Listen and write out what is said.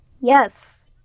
Yes